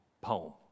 poem